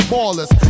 Ballers